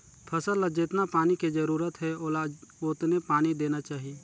फसल ल जेतना पानी के जरूरत हे ओला ओतने पानी देना चाही